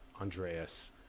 Andreas